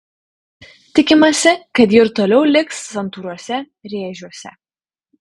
tikimasi kad ji ir toliau liks santūriuose rėžiuose